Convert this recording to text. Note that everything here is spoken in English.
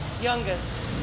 youngest